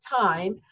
time